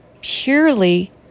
purely